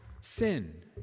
sin